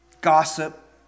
gossip